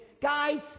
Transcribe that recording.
guys